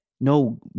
No